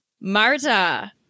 Marta